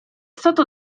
stato